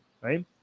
right